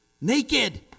naked